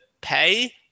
pay